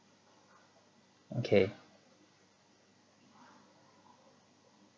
okay